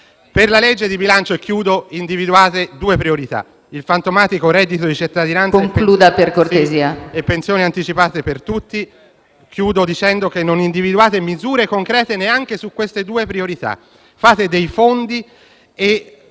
Per la legge di bilancio individuate due priorità: il fantomatico reddito di cittadinanza e la pensione anticipata per tutti. Concludo dicendo che non individuate misure concrete neanche su queste due priorità. Fate dei fondi e